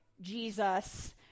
Jesus